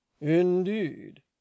Indeed